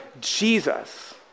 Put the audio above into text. Jesus